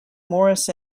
morris